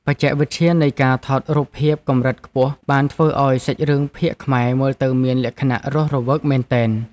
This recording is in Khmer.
បច្ចេកវិទ្យានៃការថតរូបភាពកម្រិតខ្ពស់បានធ្វើឱ្យសាច់រឿងភាគខ្មែរមើលទៅមានលក្ខណៈរស់រវើកមែនទែន។